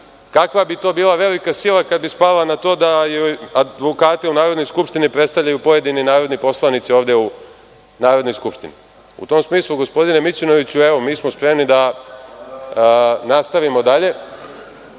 Kakva bi to bila velika sila kada bi spala na to da joj advokate u Narodnoj skupštini predstavljaju pojedini narodni poslanici ovde u Narodnoj skupštini.U tom smislu gospodine Mićunoviću, evo mi smo spremni da nastavimo dalje.